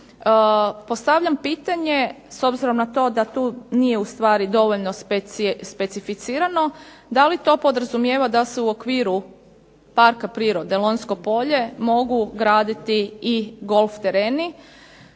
postavljam pitanje s obzirom na to da tu nije dovoljno specificirano, da li to podrazumijeva da se u okviru Parka prirode Lonjsko polje mogu graditi i golf tereni,